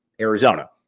Arizona